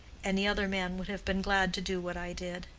any other man would have been glad to do what i did.